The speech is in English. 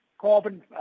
carbon